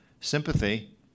sympathy